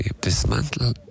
dismantle